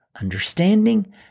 understanding